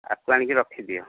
ଆକୁ ଆଣିକି ରଖିଦିଅ